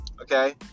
Okay